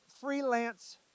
freelance